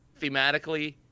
thematically